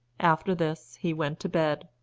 after this he went to bed,